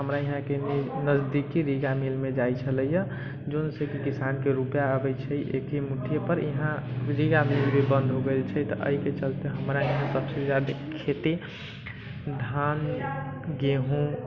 तऽ हमरा यहाँ के नजदीकी रीगा मिल मे जाइ छलैया जोन से किसान के रूपैआ अबै छै एके मुठ्ठी पर यहाँ रीगा मिल भी बन्द हो गेल छै तऽ एहिके चलते हमरा यहाँ सबसे जादा खेती धान गेहूँ